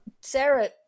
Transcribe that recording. Sarah